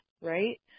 right